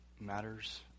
matters